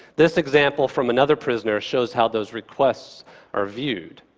this example from another prisoner shows how those requests are viewed.